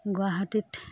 গুৱাহাটীত